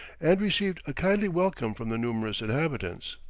and received a kindly welcome from the numerous inhabitants.